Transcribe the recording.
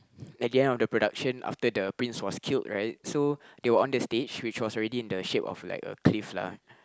at the end of the production after the prince was killed right so they were on the stage which was already in the shape of like a cliff lah